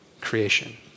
creation